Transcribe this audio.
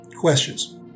questions